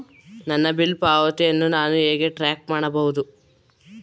ನನ್ನ ಬಿಲ್ ಪಾವತಿಯನ್ನು ನಾನು ಹೇಗೆ ಟ್ರ್ಯಾಕ್ ಮಾಡಬಹುದು?